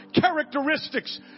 characteristics